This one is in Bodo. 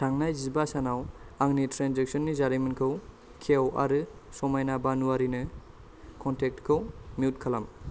थांनाय जिबा सानाव आंनि ट्रेन्जेकसननि जारिमिनखौ खेव आरो समायना बानुआरिनो कनटेक्टखौ मिउट खालाम